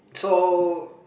so